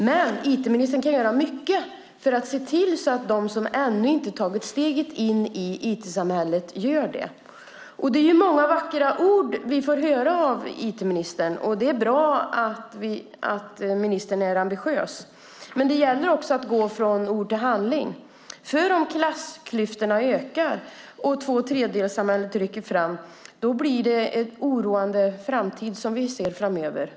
Men IT-ministern kan göra mycket för att se till att de som ännu inte tagit steget in i IT-samhället gör det. Det är många vackra ord vi får höra av IT-ministern, och det är bra att ministern är ambitiös. Men det gäller också att gå från ord till handling, för om klassklyftorna ökar och tvåtredjedelssamhället rycker fram blir det en oroande framtid.